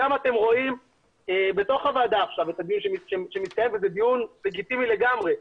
אתם רואים את הדיון שמתקיים בוועדה וזה דיון לגיטימי לגמרי,